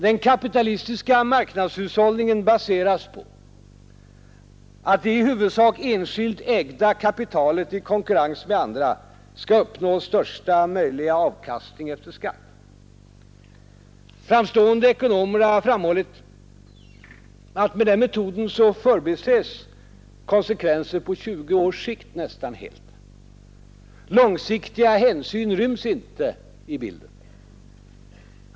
Den kapitalistiska marknadshushållningen baseras på att det i huvudsak enskilt ägda kapitalet i konkurrens med andra skall uppnå största möjliga avkastning efter skatt. Framstående ekonomer har framhållit att med den metoden förbises konsekvenser på 20 års sikt nästan helt. Långsiktiga hänsyn ryms inte i bilden.